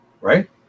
right